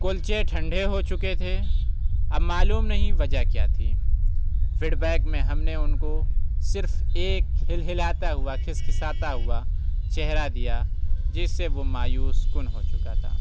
کلچے ٹھنڈے ہو چکے تھے اب معلوم نہیں وجہ کیا تھی فیڈ بیک میں ہم نے ان کو صرف ایک ہلہلاتا ہوا کھسکھساتا ہوا چہرہ دیا جس سے وہ مایوس کن ہو چکا تھا